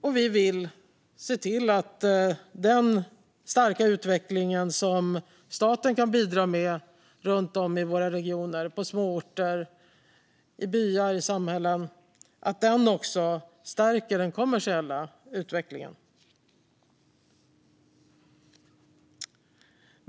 Vi vill också se till att den starka utveckling som staten kan bidra med runt om i våra regioner på småorter, i byar och i samhällen också stärker den kommersiella utvecklingen.